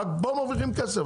רק פה מרוויחים כסף?